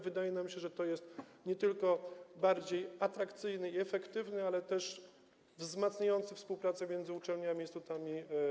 Wydaje nam się, że to jest mechanizm nie tylko bardziej atrakcyjny i efektywny, ale też wzmacniający współpracę między uczelniami, instytutami.